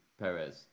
Perez